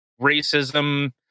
racism